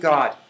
God